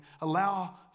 allow